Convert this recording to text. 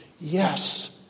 Yes